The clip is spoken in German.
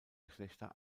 geschlechter